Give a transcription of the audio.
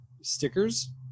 stickers